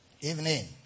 Evening